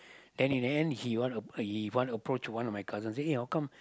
then in the end he want app~ he want approach one of my cousin say eh how come